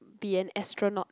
be an astronaut